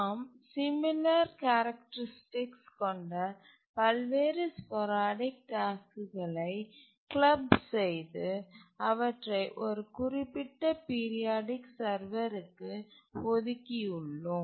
நாம் similar characteristics கொண்ட பல்வேறு ஸ்போரடிக் டாஸ்க்குகளை கிளப் செய்து அவற்றை ஒரு குறிப்பிட்ட பீரியாடிக் சர்வருக்கு ஒதுக்கியுள்ளோம்